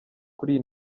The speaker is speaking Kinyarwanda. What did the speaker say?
kuri